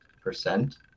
percent